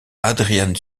adrian